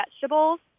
vegetables